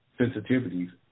sensitivities